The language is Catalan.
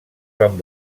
van